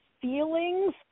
feelings